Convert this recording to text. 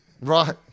Right